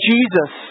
Jesus